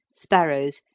sparrows,